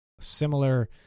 similar